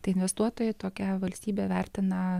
tai investuotojai tokią valstybę vertina